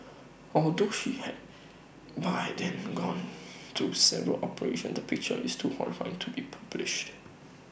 although she had by then gone through several operations the picture is too horrifying to be published